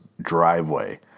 driveway